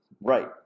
Right